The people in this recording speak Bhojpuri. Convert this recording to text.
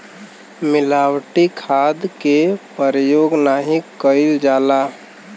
मिलावटी खाद के परयोग नाही कईल जाला